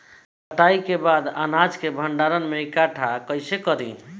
कटाई के बाद अनाज के भंडारण में इकठ्ठा कइसे करी?